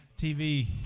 TV